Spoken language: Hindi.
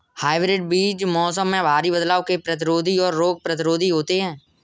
हाइब्रिड बीज मौसम में भारी बदलाव के प्रतिरोधी और रोग प्रतिरोधी होते हैं